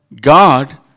God